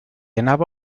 anava